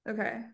Okay